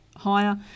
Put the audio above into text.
higher